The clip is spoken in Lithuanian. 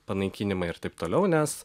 panaikinimą ir taip toliau nes